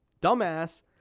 dumbass